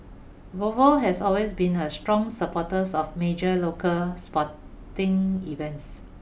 Volvo has always been a strong supporters of major local sporting events